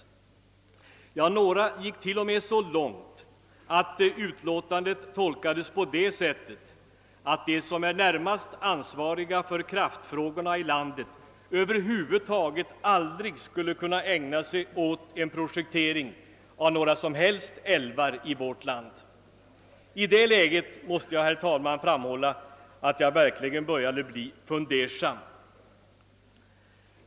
Någon gick till och med så långt att han sade att utlåtandet måste tolkas så, att de som är närmast ansvariga för kraftfrågorna i landet över huvud taget aldrig skulle kunna ägna sig åt en projektering av älvar i vårt land. I det läget måste jag erkänna att jag verkligen började bli fundersam.